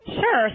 Sure